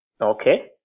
Okay